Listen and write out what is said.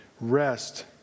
Rest